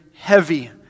heavy